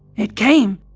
it came,